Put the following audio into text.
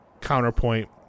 counterpoint